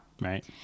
Right